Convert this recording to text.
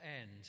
end